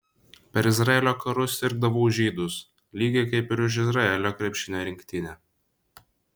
per izraelio karus sirgdavau už žydus lygiai kaip ir už izraelio krepšinio rinktinę